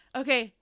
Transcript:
okay